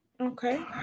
Okay